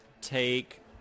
take